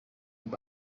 amb